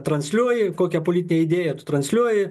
transliuoji kokią politinę idėją tu transliuoji